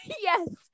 Yes